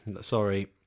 Sorry